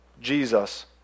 Jesus